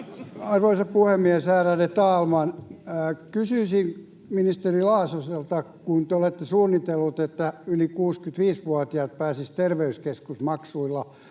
Arvoisa puhemies, ärade talman! Kysyisin ministeri Grahn-Laasoselta, kun te olette suunnitellut, että yli 65-vuotiaat pääsisivät terveyskeskusmaksuilla